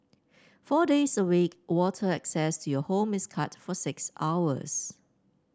four days a week water access to your home is cut for six hours